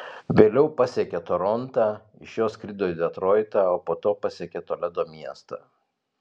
vėliau pasiekė torontą iš jo skrido į detroitą o po to pasiekė toledo miestą